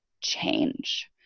change